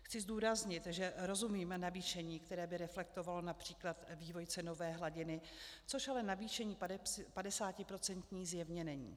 Chci zdůraznit, že rozumím navýšení, které by reflektovalo např. vývoj cenové hladiny, což ale navýšení 50procentní zjevně není.